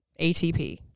ATP